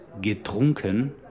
getrunken